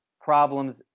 problems